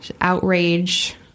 Outrage